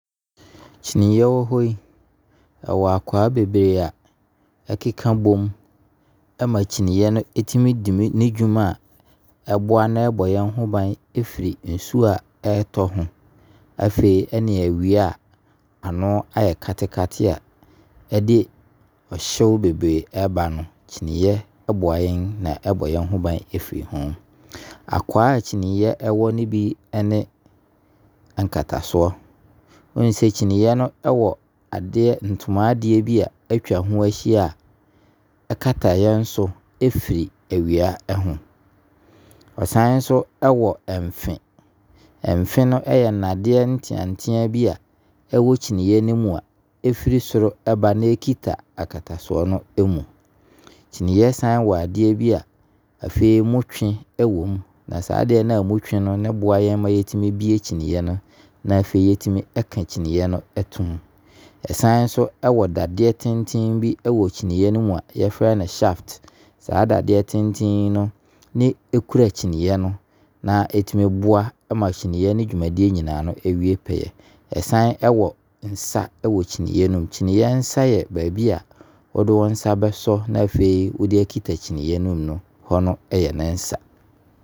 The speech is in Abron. Kyinieɛ wɔ hɔ yi ɔwɔ akwaa bebree a ɛkeka bom ɛma kyinieɛ no ɛtumi di ne dwuma a ɛboa na abɔ yɛn ho ban afiri nsuo a ɛtɔ ho afei, ɛne awia a ano ayɛ katekate a ɛde ɔhyew bebree aba no kyinieɛ ɛboa yɛn, na ɛbɔ yɛn ho ban ɛfiri ho. Akwaa kyinieɛ ɛwɔ no bi ne akatasoɔ. Woahunu sɛ kyinieɛ no ɛwɔ adeɛ a, ntoma adeɛ bi a atwa ho ahyia ɛkata yɛn so firi awia ɛho. Ɔsane nso ɛwɔ ɛmfin. Ɛmfin no ɛyɛ nandeɛ ntiatia bi a ɛwɔ kyinieɛ no mu a ɛfiri soro ɛba na ɛkita akatasoɔ no ɛmu. Kyinieɛ san ɛwɔ adeɛ bi a afei mu twe ɛwɔ mu. Saa adeɛ no a mu twe no boa yɛn ma yɛtumi bue kyinieɛ no, na afei, yɛtumi ɛka kyinieɛ no pto mu. Ɔsane nso ɛwɔ dadeɛ tenten bi ɛwɔ kyiniɛe no mu a yɛfrɛ no shaft. Saa dadeɛ tenten yi no na ɛkura kkyiniɛ no na ɛtumi boa kyinieɛ no dwumadie nyinaa ma ɛwie pɛyɛ. Ɛsane wɔ nsa ɛwɔ kyinieɛ no mu. Kyinieɛ nsa yɛ baabi a wo de wo nsa bɛsɔ na afei wode akita kyinieɛ no mu no, ɛhɔ yɛ ne nsa.